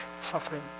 suffering